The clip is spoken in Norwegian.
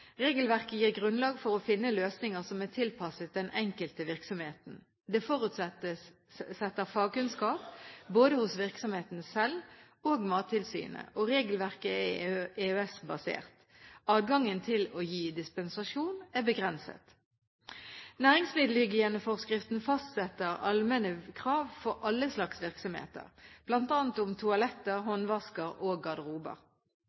Regelverket gir grunnlag for å finne løsninger som er tilpasset den enkelte virksomheten. Det forutsetter fagkunnskap både hos virksomheten selv og Mattilsynet. Regelverket er EØS-basert. Adgangen til å gi dispensasjon er begrenset. Næringsmiddelhygieneforskriften fastsetter allmenne krav for alle slags virksomheter, bl.a. om toaletter,